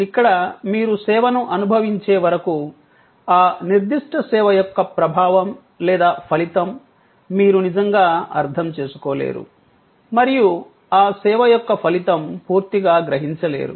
ఇక్కడ మీరు సేవను అనుభవించే వరకు ఆ నిర్దిష్ట సేవ యొక్క ప్రభావం లేదా ఫలితం మీరు నిజంగా అర్థం చేసుకోలేరు మరియు ఆ సేవ యొక్క ఫలితం పూర్తిగా గ్రహించలేరు